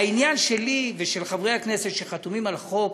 העניין שלי ושל חברי הכנסת שחתומים על החוק